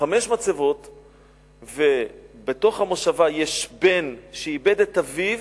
ובמושבה יש בן שאיבד את אביו